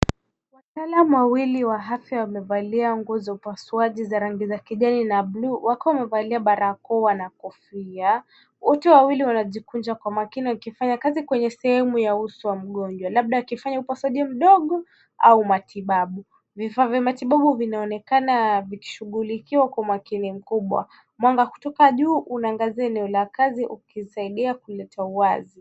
Wataalam wawili wa afya wamevalia nguo za upasuaji za rangi ya kijani na bluu wakiwa wamevalia barakoa na kofia. Wote wawili wanajikunja kwa makini wakifanya kazi kwenye sehemu ya uso wa mgonjwa labda wakifanya upasuaji mdogo au matibabu. Vifaa vya matibabu vinaonekana vikishughulikiwa kwa makini mkubwa. Mwanga kutoka juu unaangazia eneo la kazi ukisaidia kuleta wazi.